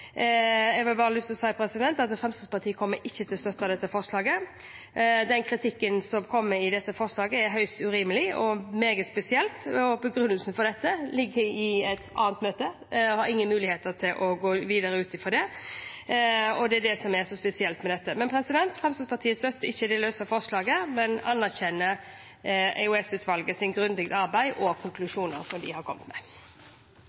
Jeg har bare lyst til å si at Fremskrittspartiet ikke kommer til å støtte forslaget. Den kritikken som kommer i forslaget, er høyst urimelig og meget spesiell. Begrunnelsen for dette ligger i et annet møte, og jeg har ingen mulighet til å gå videre inn på det. Det er det som er så spesielt med dette. Fremskrittspartiet støtter ikke det løse forslaget, men anerkjenner EOS-utvalgets grundige arbeid og konklusjonene de har kommet med.